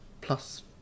plus